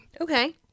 Okay